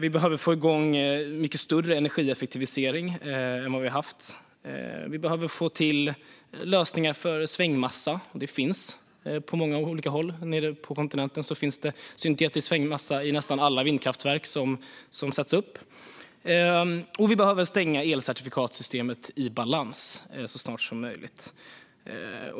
Vi behöver få igång en mycket större energieffektivisering än vad vi har haft. Vi behöver få till lösningar för svängmassa, som finns på många olika håll. Nere på kontinenten finns syntetisk svängmassa i nästan alla vindkraftverk som har satts upp. Och vi behöver stänga elcertifikatssystemet i balans så snart som möjligt.